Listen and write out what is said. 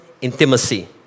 intimacy